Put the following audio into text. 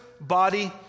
body